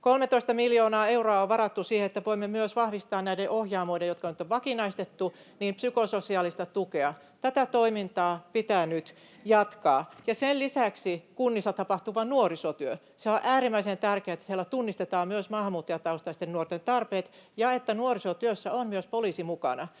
13 miljoonaa euroa on varattu siihen, että voimme myös vahvistaa näiden Ohjaamoiden, jotka nyt on vakinaistettu, psykososiaalista tukea. Tätä toimintaa pitää nyt jatkaa. Sen lisäksi on kunnissa tapahtuva nuorisotyö. On äärimmäisen tärkeää, että siellä tunnistetaan myös maahanmuuttajataustaisten nuorten tarpeet ja että nuorisotyössä on myös poliisi mukana.